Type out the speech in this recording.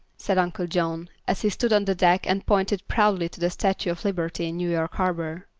said uncle john, as he stood on the deck and pointed proudly to the statue of liberty in new york harbor,